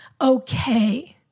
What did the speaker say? okay